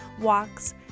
walks